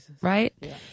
right